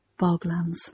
Boglands